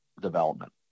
development